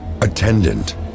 Attendant